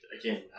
again